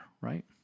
Right